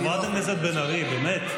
חברת הכנסת בן ארי, באמת.